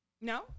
No